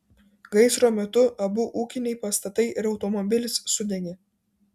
gaisro metu abu ūkiniai pastatai ir automobilis sudegė